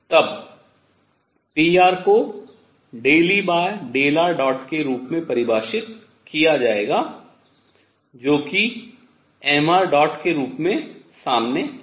तब pr को ∂Er के रूप में परिभाषित किया जाएगा जो कि mṙ के रूप में सामने आएगा